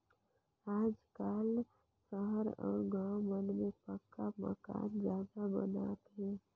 आजकाल सहर अउ गाँव मन में पक्का मकान जादा बनात हे